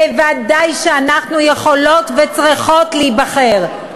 וודאי שאנחנו יכולות וצריכות להיבחר.